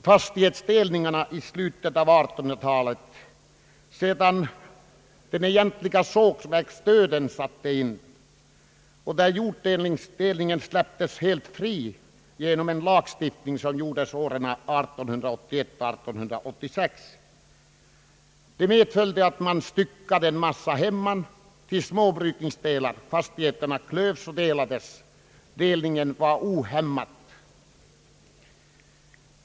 Fastighetsdelningarna kom i gång mot slutet av 1800-talet, när sågverksdöden satte in och jorddelningen släpptes helt fri genom en lagstiftning som beslutades åren 1881 och 1886. Man styckade då en massa hemman till små brukningsdelar — fastigheterna klövs och delningen var ohämmad.